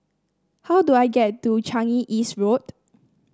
how do I get to Changi East Road